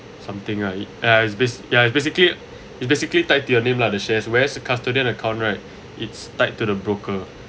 something ah ah ya it's basically it's basically tied to your name lah the shares whereas custodian account right it's tied to the broker